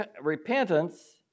repentance